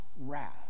wrath